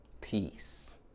Peace